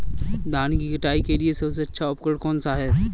धान की कटाई के लिए सबसे अच्छा उपकरण कौन सा है?